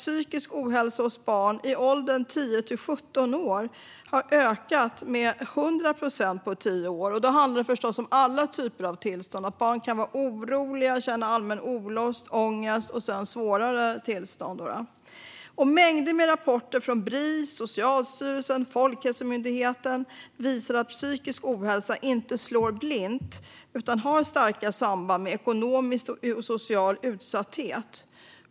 Psykisk ohälsa hos barn i åldern 10-17 år har ökat med 100 procent på tio år. Det handlar om alla tillstånd, från oro och allmän olust till ångest och svårare tillstånd. Mängder med rapporter från Bris, Socialstyrelsen och Folkhälsomyndigheten visar att psykisk ohälsa inte slår blint utan har starka samband med ekonomisk och social utsatthet.